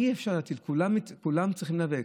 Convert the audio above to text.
אי-אפשר להטיל, כולם צריכים להיאבק.